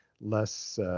less